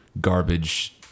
garbage